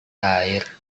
air